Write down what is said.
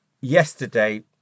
yesterday